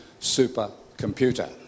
supercomputer